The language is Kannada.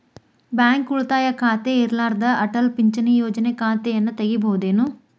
ಬ್ಯಾಂಕ ಉಳಿತಾಯ ಖಾತೆ ಇರ್ಲಾರ್ದ ಅಟಲ್ ಪಿಂಚಣಿ ಯೋಜನೆ ಖಾತೆಯನ್ನು ತೆಗಿಬಹುದೇನು?